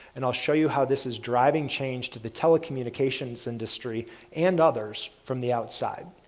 and i'll show you how this is driving change to the telecommunications industry and others from the outside.